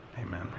amen